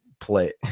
play